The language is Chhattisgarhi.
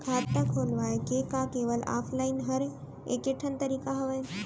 खाता खोलवाय के का केवल ऑफलाइन हर ऐकेठन तरीका हवय?